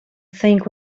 think